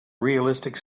realistic